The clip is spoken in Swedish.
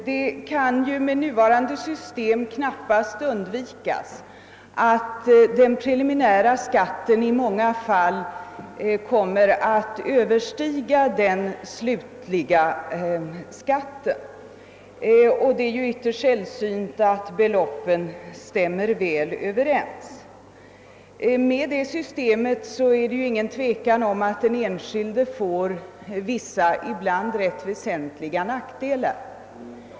Det kan med nuvarande system knappast undvikas att den preliminära skatten i många fall kommer att överstiga den slutliga. Det är ytterst sällsynt att beloppen stämmer väl överens, och det råder inget tvivel om att den enskilde får vidkännas vissa ibland rätt väsentliga nackdelar.